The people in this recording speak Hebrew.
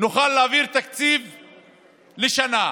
נוכל להעביר תקציב לשנה,